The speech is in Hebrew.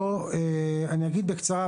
אני אומר בקצרה.